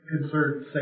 concerned